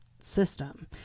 system